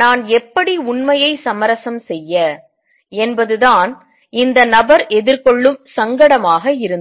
நான் எப்படி உண்மையை சமரசம் செய்ய என்பதுதான் இந்த நபர் எதிர்கொள்ளும் சங்கடமாக இருந்தது